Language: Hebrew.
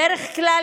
בדרך כלל,